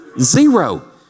Zero